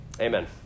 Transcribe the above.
Amen